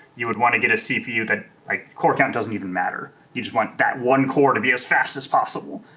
you would want to get a cpu that like core count doesn't even matter. you just want that one core to be as fast as possible.